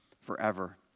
forever